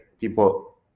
people